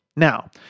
Now